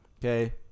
okay